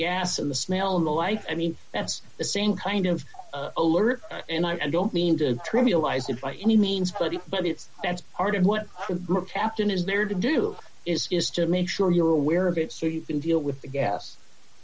gas and the smell in the life i mean that's the same kind of alert and i don't mean to trivialize it by any means but it's that's part of what the captain is there to do is is to make sure you're aware of it so you can deal with the gas